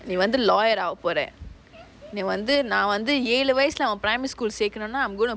நீ வந்து:nee vanthu lawyer ஆகா போறான் நீ வந்து நான் வந்து ஏழு வயசுல:aaga poraan nee vanthu naan vanthu ezhu vayasula primary school I am going to